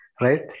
Right